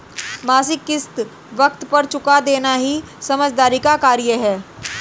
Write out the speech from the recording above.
मासिक किश्त वक़्त पर चूका देना ही समझदारी का कार्य है